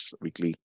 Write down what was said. weekly